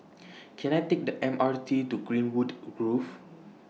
Can I Take The M R T to Greenwood Grove